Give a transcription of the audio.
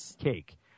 cake